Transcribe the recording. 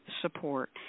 support